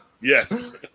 Yes